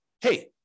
hey